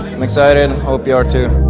i'm excited, hope you are too.